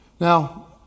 Now